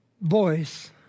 voice